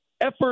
effort